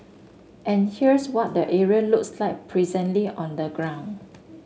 and here's what the area looks like presently on the ground